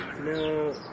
No